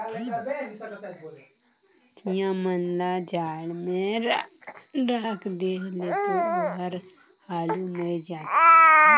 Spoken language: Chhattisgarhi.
चिंया मन ल जाड़ में राख देहे ले तो ओहर हालु मइर जाथे